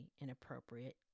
inappropriate